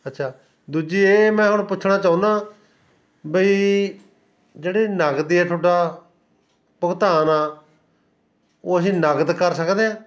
ਅੱਛਾ ਦੂਜੀ ਇਹ ਮੈਂ ਹੁਣ ਪੁੱਛਣਾ ਚਾਹੁੰਦਾ ਬਈ ਜਿਹੜੇ ਨਗਦੀ ਆ ਤੁਹਾਡਾ ਭੁਗਤਾਨ ਆ ਉਹ ਅਸੀਂ ਨਗਦ ਕਰ ਸਕਦੇ ਹਾਂ